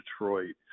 Detroit